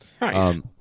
Nice